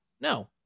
No